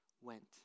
went